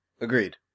Agreed